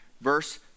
Verse